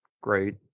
great